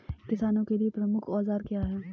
किसानों के लिए प्रमुख औजार क्या हैं?